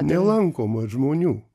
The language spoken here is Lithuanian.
nelankoma žmonių